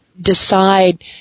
Decide